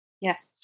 Yes